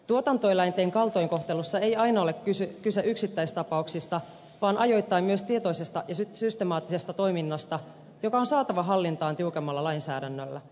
tuotantoeläinten kaltoinkohtelussa ei aina ole kyse yksittäistapauksista vaan ajoittain myös tietoisesta ja systemaattisesta toiminnasta joka on saatava hallintaan tiukemmalla lainsäädännöllä